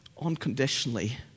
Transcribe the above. unconditionally